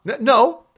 No